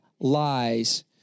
lies